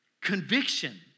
conviction